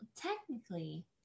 Technically